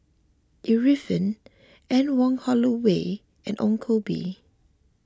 Arifin Anne Wong Holloway and Ong Koh Bee